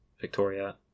Victoria